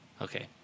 okay